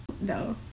No